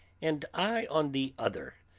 and i on the other,